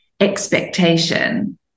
Expectation